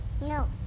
No